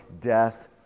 death